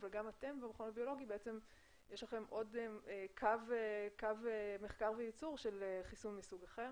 וגם אתם במכון הביולוגי יש לכם עוד קו מחקר וייצור של חיסון מסוג אחר